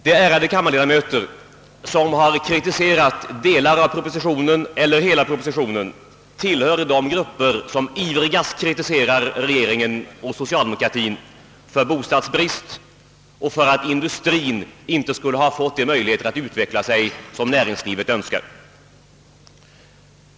De ärade kammarledamöter som har kritiserat delar av propositionen eller hela propositionen tillhör grupper som ivrigast kritiserar regeringen och socialdemokratien för bostadsbristen och för att industrien inte skulle ha fått de möjligheter att utvecklas som näringslivet önskar.